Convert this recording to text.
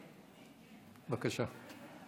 בבקשה.